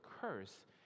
curse